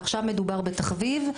עכשיו מדובר בתחביב,